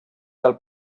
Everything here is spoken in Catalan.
del